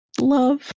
love